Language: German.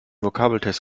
vokabeltest